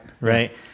Right